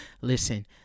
listen